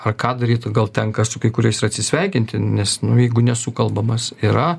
ar ką daryt gal tenka su kai kuriais ir atsisveikinti nes nu jeigu nesukalbamas yra